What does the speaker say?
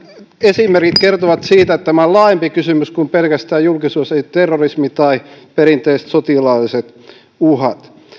esimerkit kertovat siitä että tämä on laajempi kysymys kuin pelkästään julkisuudessa esitetty terrorismi tai perinteiset sotilaalliset uhat